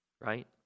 right